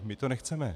My to nechceme.